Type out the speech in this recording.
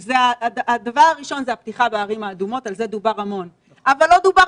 זה ההיגיון שלכם, שב-1 בנובמבר